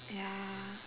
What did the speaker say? ya